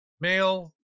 male